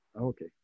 Okay